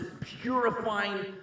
purifying